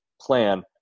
plan